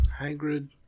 Hagrid